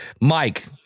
Mike